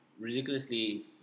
Ridiculously